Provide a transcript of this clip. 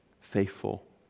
faithful